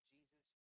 Jesus